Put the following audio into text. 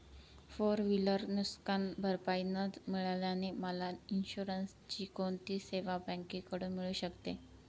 Four wheeler नुकसानभरपाई न मिळाल्याने मला इन्शुरन्सची कोणती सेवा बँकेकडून मिळू शकते?